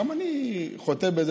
גם אני חוטא בזה,